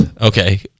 Okay